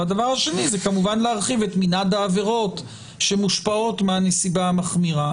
והדבר השני זה כמובן להרחיב את מנעד העבירות שמושפעות מהנסיבה המחמירה.